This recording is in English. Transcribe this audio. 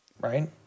Right